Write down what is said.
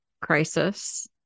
crisis